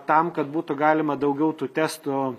tam kad būtų galima daugiau tų testų